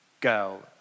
girl